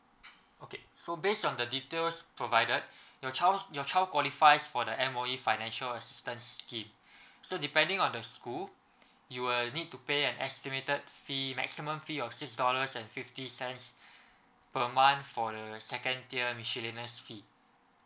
okay so based on the details provided your child your child qualifies for the M_O_E financial assistance scheme so depending on the school you'll need to pay an estimated fee maximum fee of six dollars and fifty cents per month for the second tier miscellaneous fee